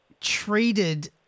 treated